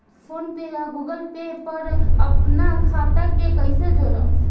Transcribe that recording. PhonePe या Google Pay पर अपना खाता के कईसे जोड़म?